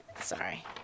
Sorry